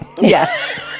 Yes